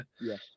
Yes